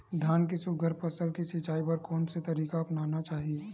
धान के सुघ्घर फसल के सिचाई बर कोन से तरीका अपनाना चाहि?